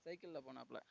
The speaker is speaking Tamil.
சைக்கிளில் போனாப்ல